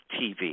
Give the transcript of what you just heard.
TV